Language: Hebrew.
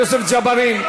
יוסף ג'בארין,